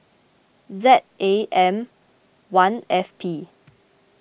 Z A M one F P